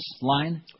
line